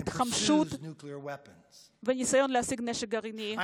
מחמש את המיליציות שתחתיו ומנסה להשיג נשק גרעיני.